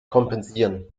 kompensieren